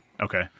Okay